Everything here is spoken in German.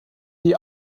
die